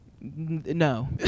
No